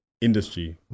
industry